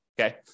okay